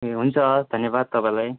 ए हुन्छ धन्यवाद तपाईँलाई